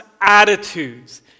attitudes